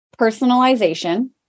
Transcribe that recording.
personalization